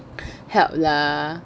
help lah